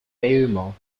paiement